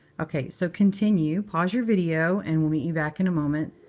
ok. so continue. pause your video, and we'll meet you back in a moment.